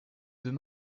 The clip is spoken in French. deux